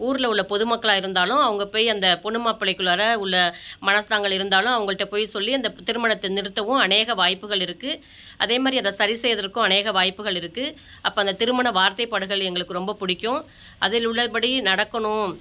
ஊரில் உள்ள பொதுமக்களாக இருந்தாலும் அவங்க போய் அந்த பெண்ணு மாப்பிள்ளைக்குள்ளாற உள்ள மனஸ்தாபங்கள் இருந்தாலும் அவங்கள்ட்ட போய் சொல்லி அந்த திருமணத்தை நிறுத்தவும் அநேக வாய்ப்புகள் இருக்குது அதே மாதிரி அதை சரி செய்யறதற்கும் அநேக வாய்ப்புகள் இருக்குது அப்போ அந்த திருமண வார்த்தைப்படுகள் எங்களுக்கு ரொம்ப பிடிக்கும் அதில் உள்ளபடி நடக்கணும்